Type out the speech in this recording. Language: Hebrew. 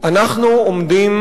אנחנו עומדים